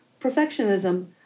perfectionism